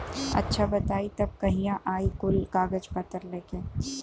अच्छा बताई तब कहिया आई कुल कागज पतर लेके?